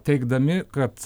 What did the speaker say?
teigdami kad